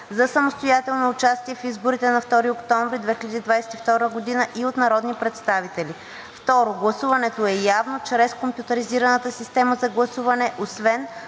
за самостоятелно участие в изборите на 2 октомври 2022 г., и от народни представители. 2. Гласуването е явно чрез компютризираната система за гласуване, освен